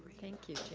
thank you.